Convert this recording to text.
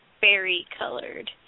berry-colored